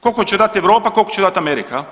Koliko će dati Europa, koliko će dati Amerika